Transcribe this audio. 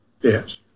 Yes